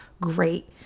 great